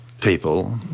people